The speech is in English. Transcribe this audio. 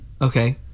Okay